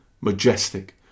majestic